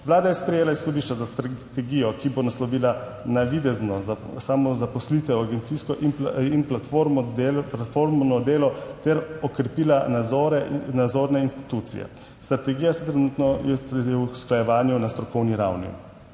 Vlada je sprejela izhodišča za strategijo, ki bo naslovila navidezno samozaposlitev, agencijsko in platformno delo ter okrepila nadzorne institucije. Strategija je trenutno v usklajevanju na strokovni ravni.